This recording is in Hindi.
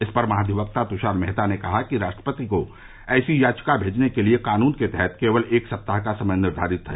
इस पर महाधिवक्ता तुषार मेहता ने कहा कि राष्ट्रपति को ऐसी याचिका मेजने के लिए कानून के तहत केवल एक सप्ताह का समय निर्घारित है